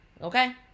okay